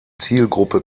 zielgruppe